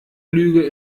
lüge